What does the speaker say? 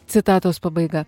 citatos pabaiga